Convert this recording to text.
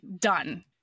done